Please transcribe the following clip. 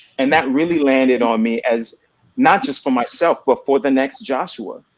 and that really landed on me as not just for myself, but for the next joshua,